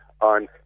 on